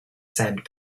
sand